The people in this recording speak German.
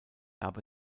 gab